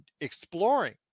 exploring